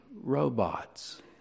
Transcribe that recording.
robots